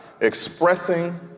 Expressing